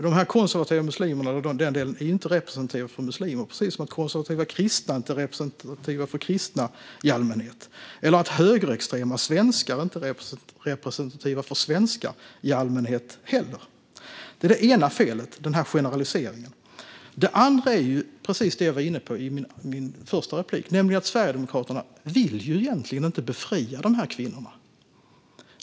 De konservativa muslimerna är inte representativa för muslimer i allmänhet, precis som konservativa kristna inte är representativa för kristna i allmänhet. Högerextrema svenskar är inte heller representativa för svenskar i allmänhet. Generaliseringen är det ena felet. Det andra är precis det som jag var inne på i mitt första inlägg, nämligen att Sverigedemokraterna egentligen inte vill befria dessa kvinnor.